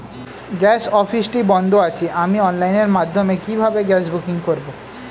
Gas অফিসটি বন্ধ আছে আমি অনলাইনের মাধ্যমে কিভাবে গ্যাস বুকিং করব?